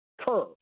curve